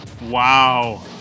Wow